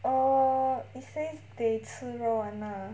err it says they 吃肉 [one] lah